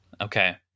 Okay